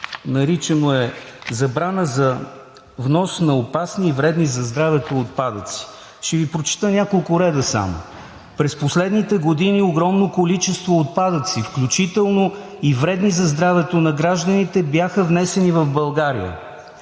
наричано е: „Забрана за внос на опасни и вредни за здравето отпадъци“. Ще Ви прочета няколко реда само: „През последните години огромно количество отпадъци, включително и вредни за здравето на гражданите, бяха внесени в България.